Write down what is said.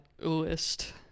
list